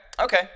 Okay